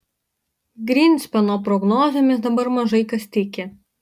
grynspeno prognozėmis dabar mažai kas tiki